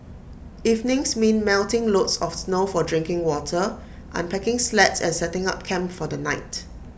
evenings mean melting loads of snow for drinking water unpacking sleds and setting up camp for the night